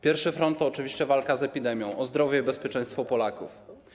Pierwszy front to oczywiście walka z epidemią o zdrowie i bezpieczeństwo Polaków.